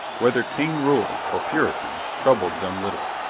whether king ruled or puritan troubled them little.